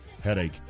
headache